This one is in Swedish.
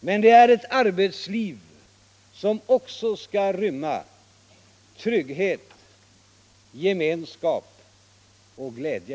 Men det är ett arbetsliv som också skall rymma trygghet, gemenskap och glädje.